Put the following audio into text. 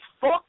fuck